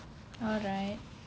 alright